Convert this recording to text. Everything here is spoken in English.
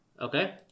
Okay